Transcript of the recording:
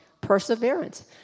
Perseverance